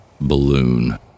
balloon